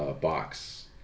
box